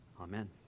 Amen